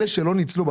אלה שלא ניצלו,